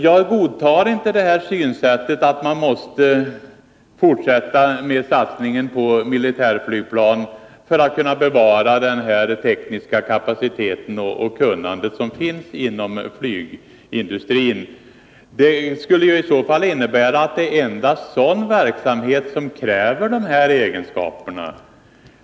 Jag godtar inte synsättet att man måste fortsätta satsningen på militärflygplan för att kunna bevara den tekniska kapacitet och det kunnande som finns inom flygindustrin. Det skulle i så fall innebära att endast sådan verksamhet kräver dessa egenskaper.